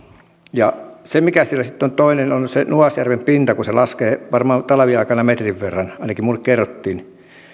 se mikä siellä sitten on toinen on se nuasjärven pinta kun se laskee varmaan talviaikana metrin verran ainakin minulle kerrottiin